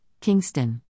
Kingston